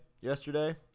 Yesterday